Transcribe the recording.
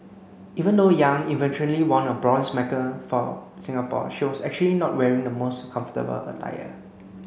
even though Yang eventually won a bronze for Singapore she was actually not wearing the most comfortable attire